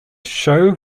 show